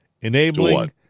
Enabling